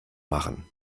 machen